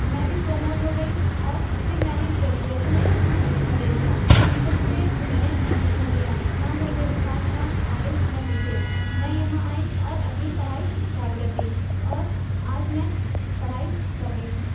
میں بھی پرموٹ ہوگئی اور پھر میں نے گریجویشن میں ایڈمیشن لے لیا خود سے میں نے ایڈمیشن لیا نہ کوئی میرے ساتھ تھا آگے نہ پیچھے میں یہاں آئی اور اپنی پڑھائی اسٹارٹ کر دی اور آج میں پڑھائی کر رہی ہوں